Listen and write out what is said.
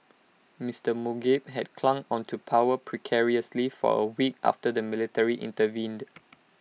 Mister Mugabe had clung on to power precariously for A week after the military intervened